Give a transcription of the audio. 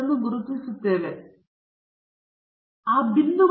05 ಎಂದು ತೆಗೆದುಕೊಳ್ಳುತ್ತೇವೆ ಇದರರ್ಥ ವಕ್ರರೇಖೆಯ ಪ್ರದೇಶವು 0